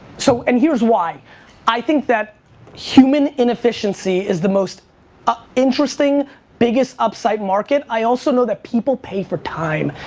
so, and here is why i think that human inefficiency is the most ah interesting biggest upside market i also know that people pay for time.